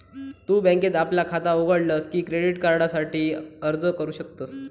तु बँकेत आपला खाता उघडलस की क्रेडिट कार्डासाठी अर्ज करू शकतस